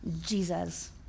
Jesus